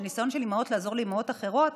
של ניסיון של אימהות לעזור לאימהות אחרות.